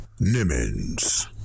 Nimmons